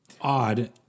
odd